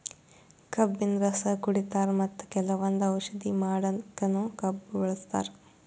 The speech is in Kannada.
ಕಬ್ಬಿನ್ ರಸ ಕುಡಿತಾರ್ ಮತ್ತ್ ಕೆಲವಂದ್ ಔಷಧಿ ಮಾಡಕ್ಕನು ಕಬ್ಬ್ ಬಳಸ್ತಾರ್